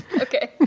Okay